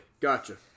Gotcha